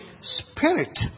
Spirit